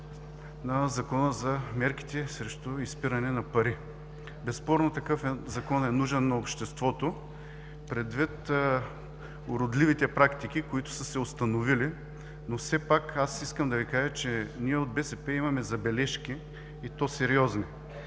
Законопроект за мерките срещу изпирането на пари. Безспорно такъв Закон е нужен на обществото, предвид уродливите практики, които са се установили, но все пак искам да Ви кажа, че ние от „БСП за България“ имаме забележки, и то сериозни.